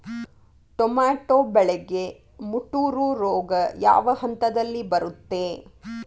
Tomato ಬೆಳೆಗೆ ಮುಟೂರು ರೋಗ ಯಾವ ಹಂತದಲ್ಲಿ ಬರುತ್ತೆ?